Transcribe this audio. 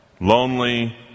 lonely